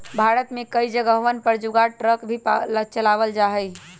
भारत में कई जगहवन पर जुगाड़ ट्रक भी चलावल जाहई